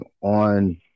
on